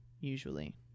usually